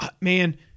man